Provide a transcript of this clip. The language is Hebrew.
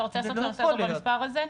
אתה רוצה לעשות לנו סדר במספר הזה?